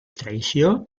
traïció